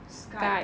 Skye